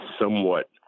somewhat